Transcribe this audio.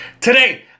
Today